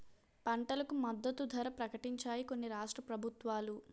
పంటలకు మద్దతు ధర ప్రకటించాయి కొన్ని రాష్ట్ర ప్రభుత్వాలు